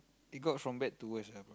it got from bad to worse ah